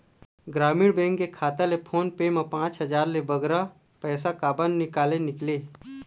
ग्रामीण बैंक के खाता ले फोन पे मा पांच हजार ले बगरा पैसा काबर निकाले निकले?